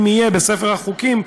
אם יהיה בספר החוקים,